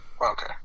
Okay